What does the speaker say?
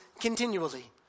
continually